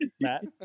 Matt